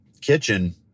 kitchen